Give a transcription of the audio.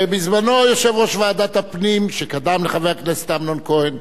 בזמנו יושב-ראש ועדת הפנים שקדם לחבר הכנסת אמנון כהן,